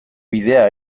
bidea